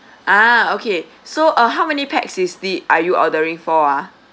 ah okay so uh how many pax is this are you ordering for uh